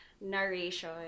narration